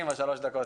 לדעתי,